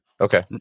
Okay